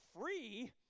free